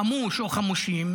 חמוש או חמושים